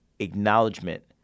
Acknowledgement